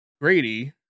Grady